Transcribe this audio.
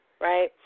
right